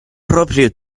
proprio